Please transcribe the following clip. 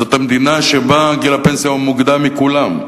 זו המדינה שבה גיל הפנסיה הוא המוקדם מבכולן.